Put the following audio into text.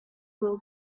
will